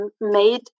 made